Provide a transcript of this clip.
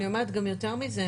אני אומרת גם יותר מזה,